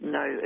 no